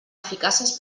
eficaces